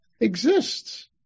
exists